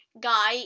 guy